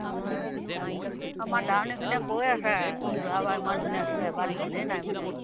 আমাৰ দাৱণীখিনিয়ে কৈ আছে যোৱা বাৰ ইমান ধুনীয়া হৈছিলে এবাৰ ধানেই নাই বোলে